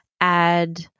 add